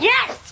Yes